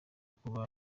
kuba